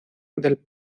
del